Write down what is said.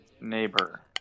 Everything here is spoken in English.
neighbor